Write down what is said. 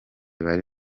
bari